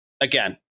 again